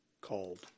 called